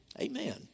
Amen